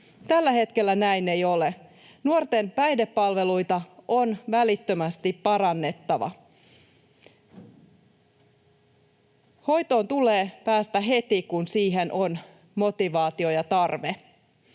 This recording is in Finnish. Tällä hetkellä näin ei ole. Nuorten päihdepalveluita on välittömästi parannettava. Hoitoon tulee päästä heti, kun siihen on motivaatio ja tarve.